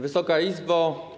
Wysoka Izbo!